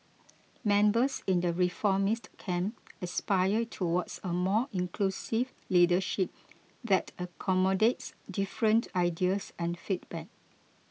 members in the reformist camp aspire towards a more inclusive leadership that accommodates different ideas and feedback